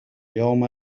يوم